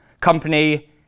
Company